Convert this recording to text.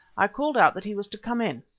i called out that he was to come in.